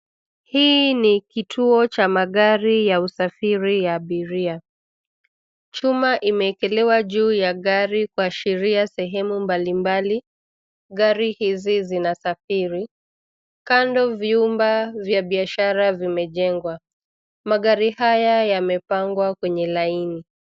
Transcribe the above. Hii ni kituo cha magari ya usafiri ya abiria. Chuma imeekelewa juu ya gari kuashiria sehemu mbalimbali gari hizi zinasafiri. Kando, vyumba vya biashara vimejengwa. Magari haya yamepangwa kwenye laini.